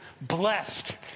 blessed